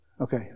Okay